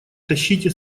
тащите